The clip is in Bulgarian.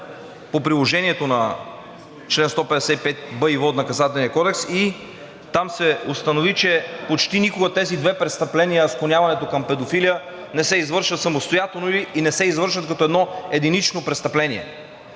по приложението на чл. 155б от Наказателния кодекс и там се установи, че почти никога тези две престъпления – склоняването към педофилия не се извършва самостоятелно и не се извършва като едно единично престъпление.